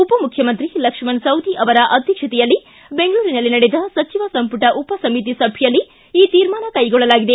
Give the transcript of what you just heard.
ಉಪಮುಖ್ಯಮಂತ್ರಿ ಲಕ್ಷ್ಮಣ ಸವದಿ ಅಧ್ಯಕ್ಷತೆಯಲ್ಲಿ ಬೆಂಗಳೂರಿನಲ್ಲಿ ನಡೆದ ಸಚಿವ ಸಂಪುಟ ಉಪಸಮಿತಿ ಸಭೆಯಲ್ಲಿ ಈ ತೀರ್ಮಾನ ಕೈಗೊಳ್ಳಲಾಗಿದೆ